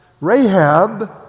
Rahab